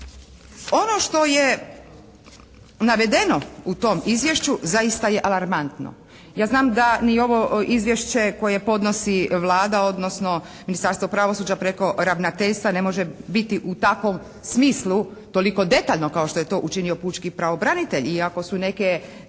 Ono što je navedeno u tom izvješću zaista je alarmantno. Ja znam da ni ovo izvješće koje podnosi Vlada, odnosno Ministarstvo pravosuđa preko ravnateljstva ne može biti u takvom smislu toliko detaljno kao što je to učinio pučki pravobranitelj i ako su neke